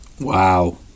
Wow